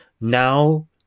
Now